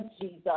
Jesus